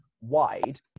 wide